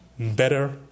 better